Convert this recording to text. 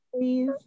please